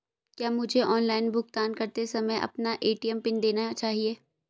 क्या मुझे ऑनलाइन भुगतान करते समय अपना ए.टी.एम पिन देना चाहिए?